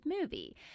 movie